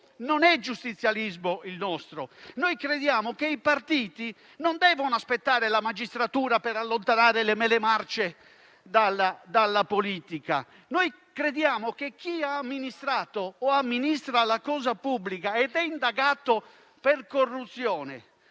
non è giustizialismo. Crediamo che i partiti non debbano aspettare la magistratura per allontanare le mele marce dalla politica. Crediamo che chi ha amministrato o amministra la cosa pubblica ed è indagato per corruzione